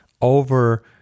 over